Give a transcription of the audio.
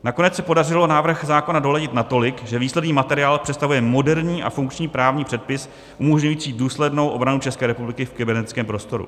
Nakonec se podařilo návrh zákona doladit natolik, že výsledný materiál představuje moderní a funkční právní předpis umožňující důslednou obranu České republiky v kybernetickém prostoru.